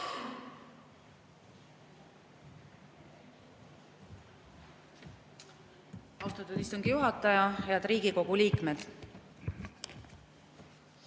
Austatud istungi juhataja! Head Riigikogu liikmed!